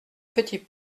petit